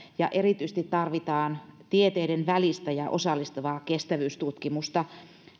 ja erityisesti tarvitaan tieteiden välistä ja osallistavaa kestävyystutkimusta